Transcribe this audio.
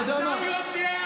אתה יודע שאתה דמגוג.